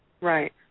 Right